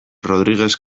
rodriguez